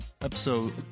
episode